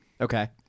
Okay